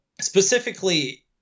specifically